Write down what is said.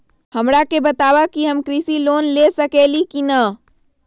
हमरा के बताव कि हम कृषि लोन ले सकेली की न?